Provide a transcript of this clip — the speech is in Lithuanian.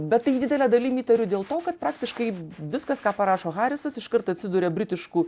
bet tai didele dalim įtariu dėl to kad praktiškai viskas ką parašo harisas iškart atsiduria britiškų